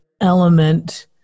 element